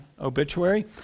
obituary